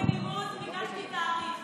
אבל אני אומר לכם שיום אחד תתפכחו.